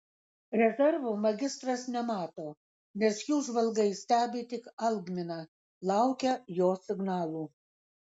rezervų magistras nemato nes jų žvalgai stebi tik algminą laukia jo signalų